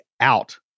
out